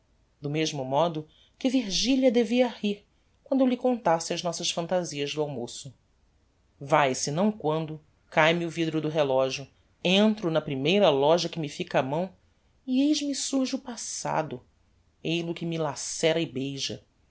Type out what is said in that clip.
do mesmo modo que virgilia devia rir quando eu lhe contasse as nossas fantasias do almoço vae se não quando cáe me o vidro do relogio entro na primeira loja que me fica á mão e eis me surge o passado eil-o que me lacera e beija